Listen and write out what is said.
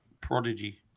prodigy